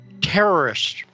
terrorists